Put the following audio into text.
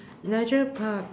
leisure park